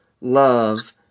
love